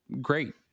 great